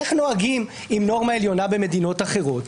איך נוהגים עם נורמה עליונה במדינות אחרות?